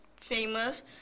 famous